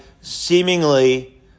seemingly